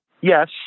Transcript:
Yes